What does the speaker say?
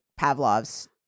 Pavlov's